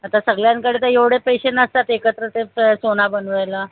आता सगळ्यांकडे तर एवढे पैसे नसतात एकत्र ते तर सोनं बनवायला